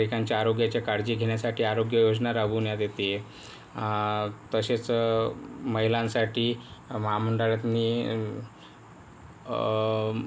नागरिकांच्या आरोग्याच्या काळजी घेण्यासाठी आरोग्य योजना राबवण्यात येते तसेच महिलांसाठी महामंडळातून